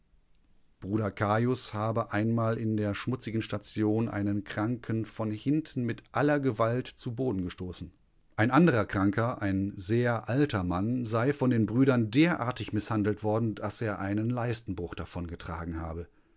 bruder cajus habe einmal in der schmutzigen station einen kranken von hinten mit aller gewalt zu boden gestoßen ein anderer kranker ein sehr alter mann sei von den brüdern derartig mißhandelt worden daß er einen leistenbruch davongetragen habe